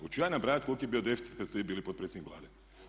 Oću ja nabrajati koliki je bio deficit kada ste vi bili potpredsjednik Vlade?